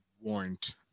warrant